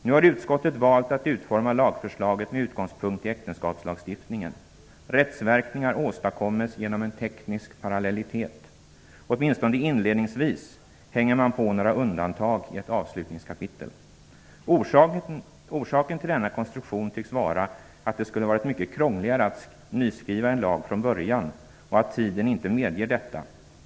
Nu har utskottet valt att utforma lagförslaget med utgångspunkt i äktenskapslagstiftningen. Rättsverkningar åstadkommes genom en teknisk parallellitet. Åtminstone inledningsvis hänger man på några undantag i ett avslutningskapitel. Orsaken till denna konstruktion tycks vara att det skulle varit mycket krångligare att nyskriva en lag från början, och att tiden inte medger detta.